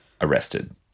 arrested